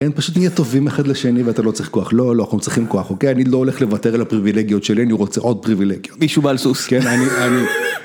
פשוט נהיה טובים אחד לשני ואתה לא צריך כוח לא לא אנחנו צריכים כוח אוקיי אני לא הולך לוותר את הפריבילגיות שלי אני רוצה עוד פריבילגיות, מישהו בא על סוס, כן אני אני.